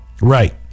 Right